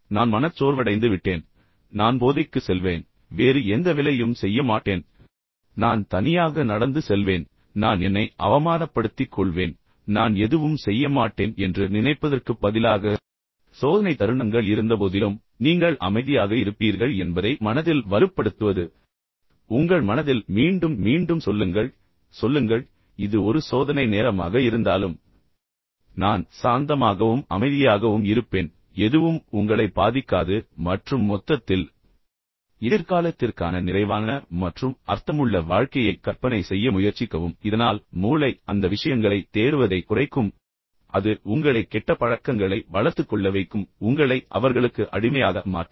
நான் மனச்சோர்வடைந்துவிட்டேன் நான் போதைக்கு செல்வேன் அல்லது வேறு எந்த வேலையும் செய்ய மாட்டேன் நான் வெறுமனே நிறுத்துவேன் நான் தனியாக நடந்து செல்வேன் நான் என்னை அவமானப்படுத்திக் கொள்வேன் பின்னர் நான் எதுவும் செய்ய மாட்டேன் என்று நினைப்பதற்குப் பதிலாக இப்போது நீங்கள் செய்யக்கூடிய அடுத்த விஷயம் என்னவென்றால் சோதனை தருணங்கள் இருந்தபோதிலும் நீங்கள் அமைதியாகவும் சாந்தமாகவும் இருப்பீர்கள் என்பதை மனதில் வலுப்படுத்துவது உங்கள் மனதில் மீண்டும் மீண்டும் சொல்லுங்கள் சொல்லுங்கள் இது ஒரு சோதனை நேரமாக இருந்தாலும் நான் சாந்தமாகவும் அமைதியாகவும் இருப்பேன் எதுவும் உங்களை பாதிக்காது மற்றும் மொத்தத்தில் எதிர்காலத்திற்கான நிறைவான மற்றும் அர்த்தமுள்ள வாழ்க்கையை கற்பனை செய்ய முயற்சிக்கவும் இதனால் மூளை அந்த விஷயங்களைத் தேடுவதைக் குறைக்கும் அது உங்களை கெட்ட பழக்கங்களை வளர்த்துக் கொள்ள வைக்கும் பின்னர் நீண்ட காலத்திற்கு உங்களை அவர்களுக்கு அடிமையாக மாற்றும்